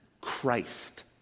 Christ